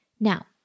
Now